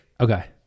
Okay